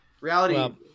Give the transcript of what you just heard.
Reality